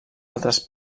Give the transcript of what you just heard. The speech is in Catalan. altres